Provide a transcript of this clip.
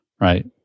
right